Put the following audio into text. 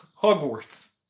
Hogwarts